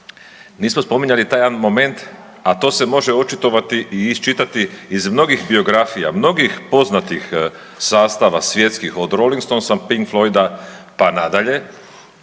nismo spominjali taj jedan moment, a to se može očitovati i iščitati iz mnogih biografija, mnogih poznatih sastava svjetskih, od Rolling Stonesa, Pink Floyda pa nadalje,